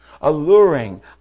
alluring